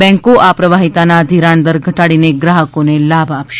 બેન્કો આ પ્રવાહીતાના ધિરાણદર ઘટાડીને ગ્રાહકોને લાભ આપશે